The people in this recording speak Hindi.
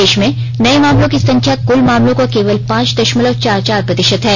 देश में नये मामलों की संख्या कुल मामलों का केवल पांच दशमलव चार चार प्रतिशत है